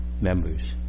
members